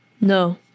No